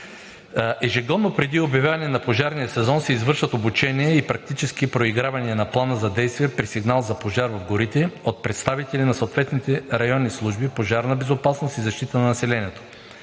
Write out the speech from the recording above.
Ежегодно преди обявяване на пожарния сезон се извършват обучения и практически проигравания на Плана за действие при сигнал за пожар в горите от представители на съответните районни служби „Пожарна безопасност и защита на населението“.